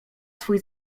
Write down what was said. swój